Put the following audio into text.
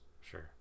sure